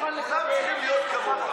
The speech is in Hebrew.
לא רוצים לבוא להתפלל, לא רוצים זכויות, יהודה.